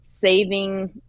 saving